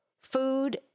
food